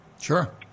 Sure